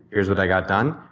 here's what i got done,